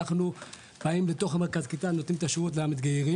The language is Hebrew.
אנחנו חיים בתוך מרכז הקליטה ונותנים את השירות למתגיירים.